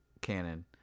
canon